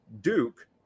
Duke